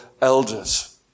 elders